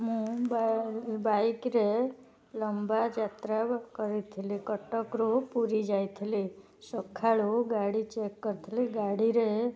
ମୁଁ ବାଇକ୍ରେ ଲମ୍ବାଯାତ୍ରା କରିଥିଲି କଟକରୁ ପୁରୀ ଯାଇଥିଲି ସକାଳୁ ଗାଡ଼ି ଚେକ୍ କରିଥିଲି ଗାଡ଼ିରେ